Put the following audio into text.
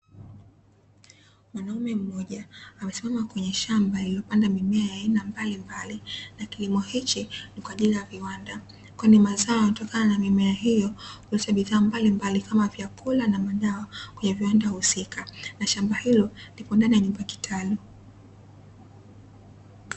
Mwanaume mmoja amesimama kwenye shamba lililopandwa mimea ya aina mbalimbali, na kilimo hichi ni kwa ajili ya viwanda, kwani mazao yanayotokana na mimea hiyo kuhusu bidhaa mbalimbali kama vyakula na madawa, kwenye viwanda husika na shamba hilo lipo ndani ya nyumba kitalu.